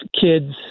kids